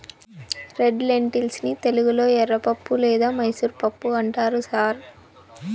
red lentils ని తెలుగులో ఎర్రపప్పు లేదా మైసూర్ పప్పు అంటారు సార్